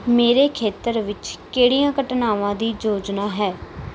ਮੇਰੇ ਖੇਤਰ ਵਿੱਚ ਕਿਹੜੀਆਂ ਘਟਨਾਵਾਂ ਦੀ ਯੋਜਨਾ ਹੈ